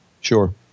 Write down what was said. Sure